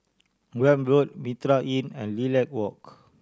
Welm Road Mitraa Inn and Lilac Walk